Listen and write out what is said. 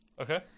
Okay